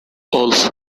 wolf